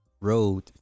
road